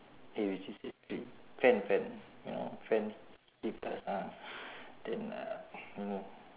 eh which is actually fan fan you know fan kipas ah then uh you know